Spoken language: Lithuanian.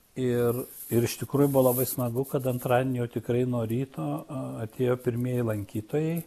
ir ir iš tikrųjų buvo labai smagu kad antradienį jau tikrai nuo ryto atėjo pirmieji lankytojai